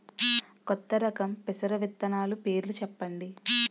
కొత్త రకం పెసర విత్తనాలు పేర్లు చెప్పండి?